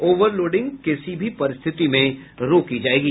overloading किसी भी परिस्थिति में रोकी जायेगी